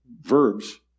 verbs